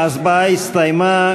ההצבעה הסתיימה.